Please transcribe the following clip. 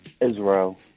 Israel